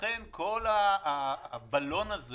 לכן כל הבלון הזה